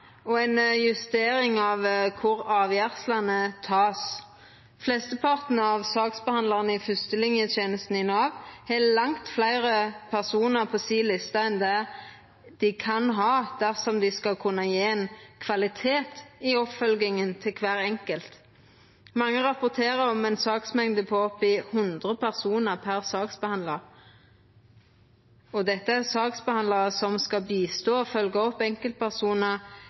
og ei justering av kvar avgjerslene vert tekne. Flesteparten av saksbehandlarane i fyrstelinjetenesta i Nav har langt fleire personar på lista si enn dei kan ha dersom dei skal kunna gje kvalitet i oppfølginga av kvar enkelt. Mange rapporterer om ei saksmengde på opp i 100 personar per saksbehandlar, og dette er saksbehandlarar som skal hjelpa og følgja opp enkeltpersonar